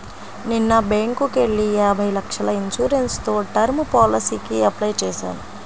నిన్న బ్యేంకుకెళ్ళి యాభై లక్షల ఇన్సూరెన్స్ తో టర్మ్ పాలసీకి అప్లై చేశాను